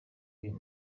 uyu